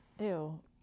Ew